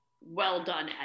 well-done